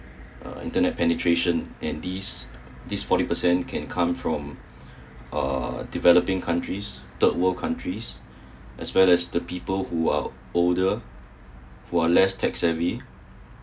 uh internet penetration and this this forty percent can come from uh developing countries third world countries as well as the people who are older who are less tech-savvy